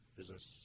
business